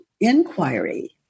inquiry